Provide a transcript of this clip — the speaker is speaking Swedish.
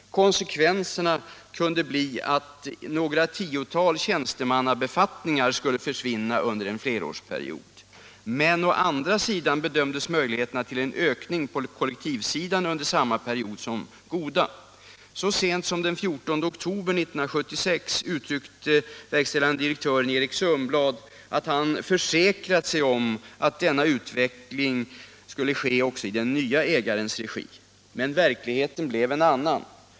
”Konsekvenserna kunde bli att ”några tiotal tjänstemannabefattningar” skulle försvinna under en ferårsperiod. Men å andra sidan bedömdes möjligheterna till en ökning på kollektivsidan under samma period som goda. Verkligheten blev en annan.